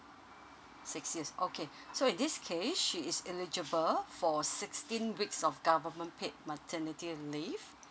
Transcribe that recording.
six years okay so in this case she is eligible for sixteen weeks of government paid maternity leave